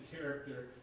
character